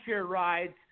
rides